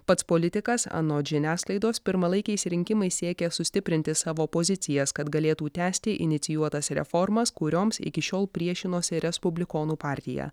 pats politikas anot žiniasklaidos pirmalaikiais rinkimais siekia sustiprinti savo pozicijas kad galėtų tęsti inicijuotas reformas kurioms iki šiol priešinosi respublikonų partija